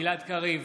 גלעד קריב,